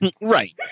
Right